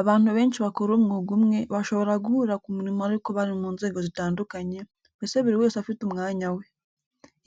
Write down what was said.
Abantu benshi bakora umwuga umwe, bashobora guhurira ku murimo ariko bari mu nzego zitandukanye, mbese buri wese afite umwanya we.